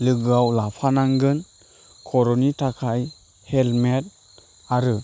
लोगोआव लाफानांगोन खर'नि थाखाय हेल्मेट आरो